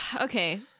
okay